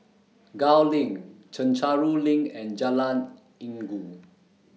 Gul LINK Chencharu LINK and Jalan Inggu